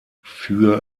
für